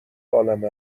عالم